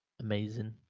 amazing